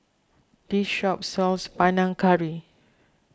this shop sells Panang Curry